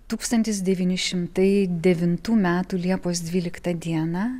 tūkstantis devyni šimtai devintų metų liepos dvyliktą dieną